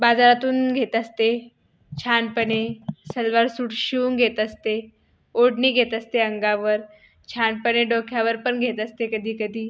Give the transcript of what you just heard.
बाजारातून घेत असते छानपणे सलवार सूट शिवून घेत असते ओढणी घेत असते अंगावर छानपणे डोक्यावर पण घेत असते कधी कधी